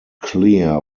clear